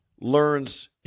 learns